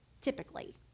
typically